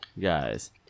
guys